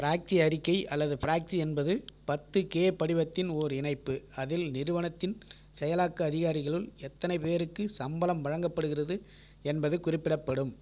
proxy அறிக்கை அல்லது proxy என்பது பத்து கே படிவத்தின் ஓர் இணைப்பு அதில் நிறுவனத்தின் செயலாக்க அதிகாரிகளுள் எத்தனை பேருக்கு சம்பளம் வழங்கப்படுகிறது என்பது குறிப்பிடப்படும்